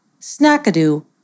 Snackadoo